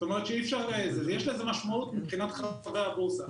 יש לזה משמעות מבחינת חברי הבורסה.